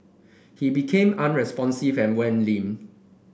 he became unresponsive and went limp